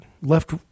left